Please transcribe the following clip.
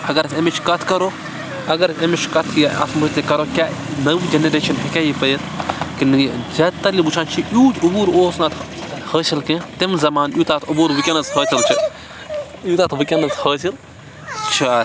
اگر أسۍ أمِچ کَتھ کَرو اگر أمِچ کَتھ یہِ اَتھ متعلق کَرو کیاہ نٔو جَنریشَن ہیٚکیہ یہِ پٔرِتھ کہِ نہٕ یہِ زیادٕ تَر ییٚلہِ وُچھان چھِ یوٗت عبوٗر اوس نہٕ اَتھ حٲصِل کیٚنٛہہ تمہِ زَمانہٕ یوٗتاہ اَتھ عبوٗر وُنکٮ۪ن حٲصِل چھُ یوٗتاہ اَتھ وُنکٮ۪ن حٲصِل چھُ اَتھ